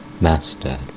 Master